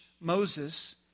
Moses